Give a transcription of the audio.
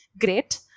great